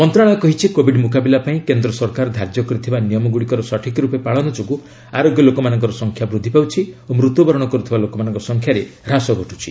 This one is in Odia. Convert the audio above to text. ମନ୍ତ୍ରଣାଳୟ କହିଛି କୋବିଡ ମୁକାବିଲା ପାଇଁ କେନ୍ଦ୍ର ସରକାର ଧାର୍ଯ୍ୟ କରିଥିବା ନିୟମଗୁଡ଼ିକର ସଠିକ୍ ରୂପେ ପାଳନ ଯୋଗୁଁ ଆରୋଗ୍ୟ ଲୋକମାନଙ୍କ ସଂଖ୍ୟା ବୃଦ୍ଧି ପାଉଛି ଓ ମୃତ୍ୟୁବରଣ କରୁଥିବା ଲୋକମାନଙ୍କ ସଂଖ୍ୟାରେ ହ୍ରାସ ଘଟୁଛି